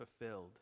fulfilled